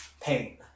pain